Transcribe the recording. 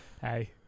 Hey